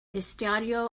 estadio